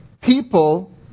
People